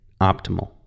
optimal